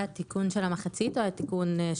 התיקון של המחצית או התיקון שלושה?